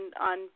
on